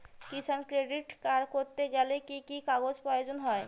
কিষান credit card করতে গেলে কি কি কাগজ প্রয়োজন হয়?